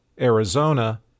Arizona